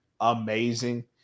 amazing